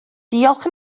diolch